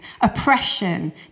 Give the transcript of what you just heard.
Oppression